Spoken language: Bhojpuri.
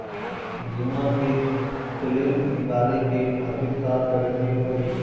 बीमा के क्लेम निकाले के खातिर का करे के पड़ी?